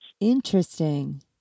Interesting